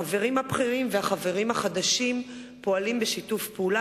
החברים הבכירים והחברים החדשים פועלים בשיתוף פעולה,